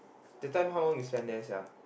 that time how long you spend there sia